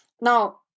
Now